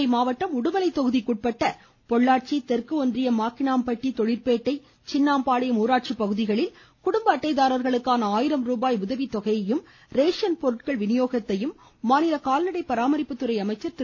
உடுமலை கோவை மாவட்டம் உடுமலை தொகுதிக்குட்பட்ட பொள்ளாச்சி தெற்கு ஒன்றியம் மாக்கினாம்பட்டி தொழிற்பேட்டை சின்னாம்பாளையம் ஊராட்சி பகுதிகளில் குடும்ப அட்டைதாரர்களுக்கான ஆயிரம் ரூபாய் உதவிதொகையையும் ரேசன் பொருட்கள் விநியோகத்தையும் மாநில கால்நடை பராமரிப்புத்துறை அமைச்சர் திரு